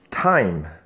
Time